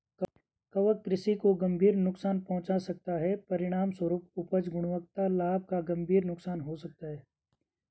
कवक कृषि को गंभीर नुकसान पहुंचा सकता है, परिणामस्वरूप उपज, गुणवत्ता, लाभ का गंभीर नुकसान हो सकता है